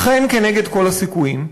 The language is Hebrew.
אכן, כנגד כל הסיכויים,